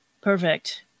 perfect